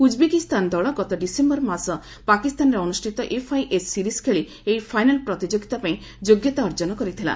Uzbekistan ଦଳ ଗତ December ମାସ ପାକିସ୍ତାନରେ ଅନୁଷ୍ଠିତ ଏଫ୍ଆଇଏଚ୍ ସିରିଜ୍ ଖେଳି ଏହି ଫାଇନାଲ୍ ପ୍ରତିଯୋଗିତା ପାଇଁ ଯୋଗ୍ୟତା ଅର୍ଜନ କରିଥିଲା